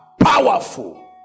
powerful